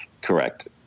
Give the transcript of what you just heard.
Correct